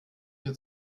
mir